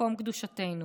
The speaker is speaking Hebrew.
מקום קדושתנו,